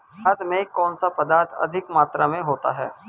खाद में कौन सा पदार्थ अधिक मात्रा में होता है?